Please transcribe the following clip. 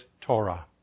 Torah